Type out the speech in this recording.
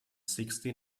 sixty